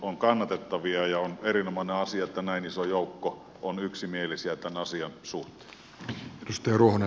on erinomainen asia että näin iso joukko on yksimielinen tämän asian suhteen